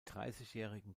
dreißigjährigen